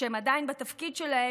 שהם עדיין בתפקיד שלהם,